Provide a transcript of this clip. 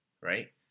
right